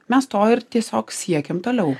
mes to ir tiesiog siekiam toliau